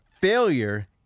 failure